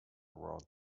around